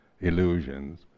illusions